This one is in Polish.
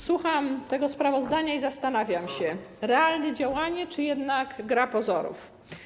Słucham tego sprawozdania i zastanawiam się: realne działanie czy jednak gra pozorów?